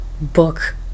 book